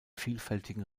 vielfältigen